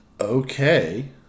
okay